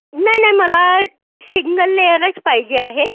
नाहीनाही मला सिंगल लेअरच पाहिजे आहे